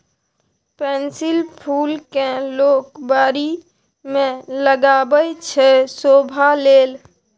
pansy फुल केँ लोक बारी मे लगाबै छै शोभा लेल